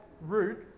root